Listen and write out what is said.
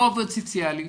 לא עובד סוציאלי,